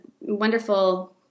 wonderful